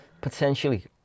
Potentially